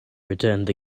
returned